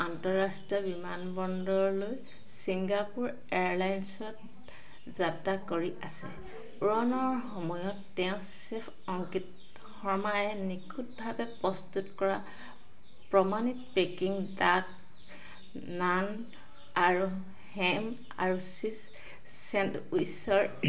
আন্তঃৰাষ্ট্ৰীয় বিমানবন্দৰলৈ ছিংগাপুৰ এয়াৰলাইন্সত যাত্ৰা কৰি আছে উৰণৰ সময়ত তেওঁ চেফ অংকিত শৰ্মাই নিখুঁতভাৱে প্ৰস্তুত কৰা প্ৰামাণিক পেকিং ডাক নান আৰু হেম আৰু চীজ ছেণ্ডউইচৰ